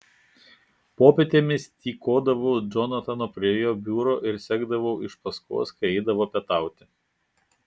popietėmis tykodavau džonatano prie jo biuro ir sekdavau iš paskos kai eidavo pietauti